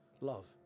love